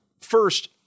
First